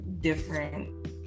different